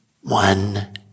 one